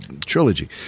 trilogy